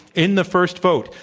in the first vote,